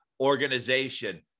organization